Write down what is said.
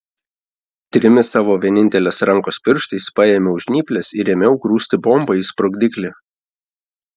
trimis savo vienintelės rankos pirštais paėmiau žnyples ir ėmiau grūsti bombą į sprogdiklį